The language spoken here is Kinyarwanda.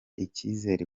icyizere